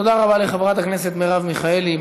תודה רבה לחברת הכנסת מרב מיכאלי.